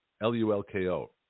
L-U-L-K-O